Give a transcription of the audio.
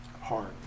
hard